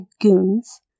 goons